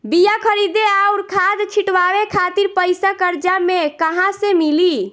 बीया खरीदे आउर खाद छिटवावे खातिर पईसा कर्जा मे कहाँसे मिली?